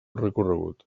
recorregut